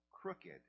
crooked